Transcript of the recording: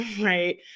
right